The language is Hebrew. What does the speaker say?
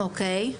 בסדר.